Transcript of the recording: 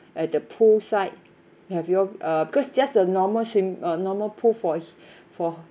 at the poolside have you all uh because just a normal swim uh normal pool for he~ for